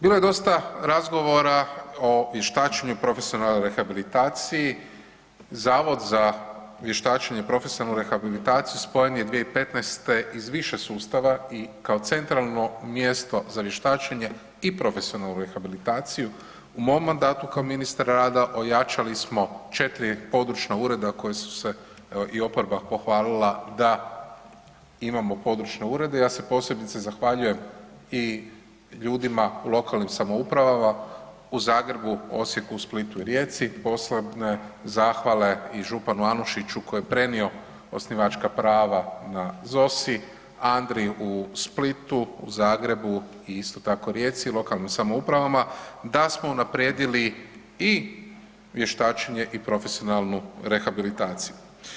Bilo je dosta razgovora o vještačenju i profesionalnoj rehabilitaciji, Zavod za vještačenje i profesionalnu rehabilitaciju spojen je 2015. iz više sustava i kao centralno mjesto za vještačenje i profesionalnu rehabilitaciju u mom mandatu kao ministar rada, ojačali smo 4 područna ureda koja su se i oporba pohvalila, da imamo područne urede, ja se posebice zahvaljujem o ljudima u lokalnim samoupravama, u Zagrebu, Osijeku, Splitu i Rijeci, posebne zahvale i županu Anušiću koji je prenio osnivačka prava na ZOSI, Andri u Splitu, Zagrebu i isto tako Rijeci i lokalnim samoupravama da smo unaprijedili i vještačenja i profesionalnu rehabilitaciju.